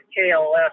KLS